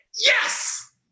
Yes